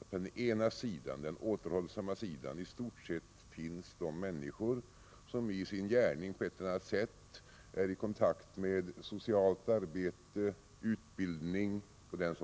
att på den ena sidan, den återhållsamma, finns i stort sett de människor som i sin gärning på ett eller annat sätt är i kontakt med socialt arbete, utbildning och liknande.